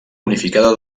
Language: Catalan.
unificada